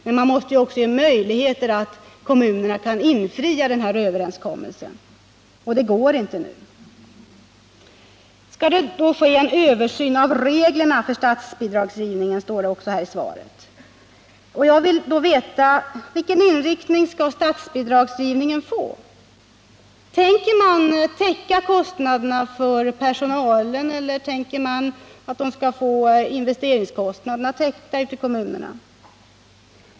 Men man måste också ge kommunerna möjligheter att infria överenskommelsen. Det har de inte nu. Det skall göras en översyn av reglerna för statsbidragsgivningen, sägs det också i svaret. Men vilken inriktning skall statsbidragsgivningen få? Tänker man täcka kostnaderna för personalen, eller menar man att kommunerna skall få sina investeringskostnader täckta?